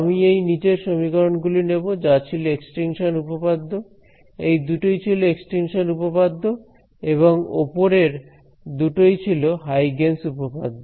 আমি এই নিচের সমীকরণ গুলি নেব যা ছিল এক্সটিংশন উপপাদ্য এই দুটোই ছিল এক্সটিংশন উপপাদ্য এবং ওপরের দুটোই ছিল হাইগেনস উপপাদ্য